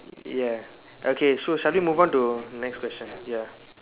ya okay so shall we move on to next question ya